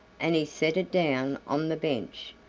and he set it down on the bench.